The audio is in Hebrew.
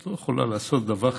את לא יכולה לעשות דבר כזה.